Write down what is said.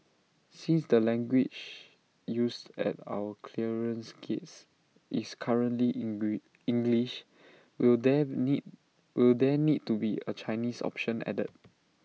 since the language used at our clearance gates is currently English will there need will there need to be A Chinese option added